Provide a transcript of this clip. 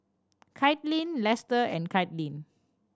Kaitlyn Lester and Caitlyn